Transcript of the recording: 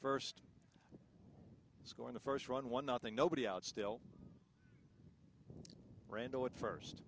first it's going to first run one nothing nobody out still randall at first